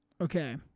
okay